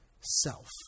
self